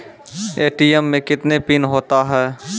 ATM मे कितने PIN होता हैं?